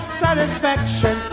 satisfaction